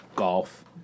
golf